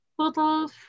total